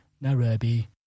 Nairobi